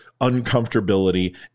uncomfortability